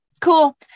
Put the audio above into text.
cool